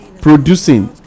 producing